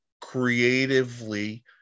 creatively